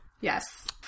Yes